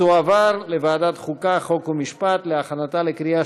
לוועדת החוקה, חוק ומשפט נתקבלה.